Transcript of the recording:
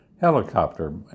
helicopter